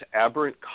aberrant